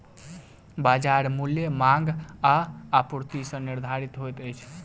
बजार मूल्य मांग आ आपूर्ति सॅ निर्धारित होइत अछि